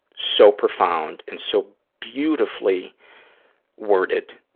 so profound and so beautifully worded,